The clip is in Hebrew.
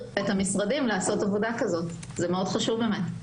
ואת המשרדים לעשות עבודה כזו זה באמת מאוד חשוב.